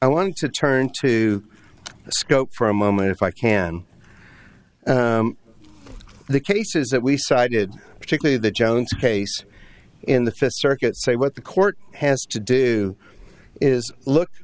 i want to turn to scope for a moment if i can the cases that we cited particularly the jones case in the fifth circuit say what the court has to do is look